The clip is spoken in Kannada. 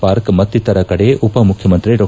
ಪಾರ್ಕ್ ಮತ್ತಿತರ ಕಡೆ ಉಪಮುಖ್ನಮಂತ್ರಿ ಡಾ